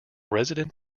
resident